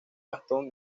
bastón